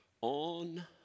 on